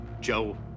Joe